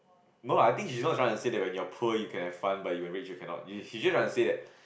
no ah I think she's not trying to say that when you are poor you can have fun but when you are rich you cannot she's just trying to say that